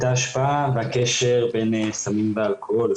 את ההשפעה והקשר בין סמים ואלכוהול,